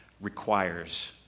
requires